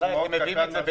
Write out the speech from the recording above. לא